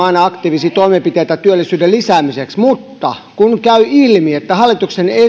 aina kannattaneet aktiivisia toimenpiteitä työllisyyden lisäämiseksi mutta kun käy ilmi että hallituksen